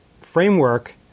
framework